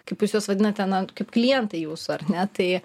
kaip jūs juos vadinate na kaip klientai jūsų ar ne tai